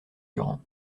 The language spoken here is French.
durant